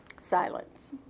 silence